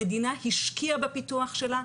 המדינה השקיעה בפיתוח שלה.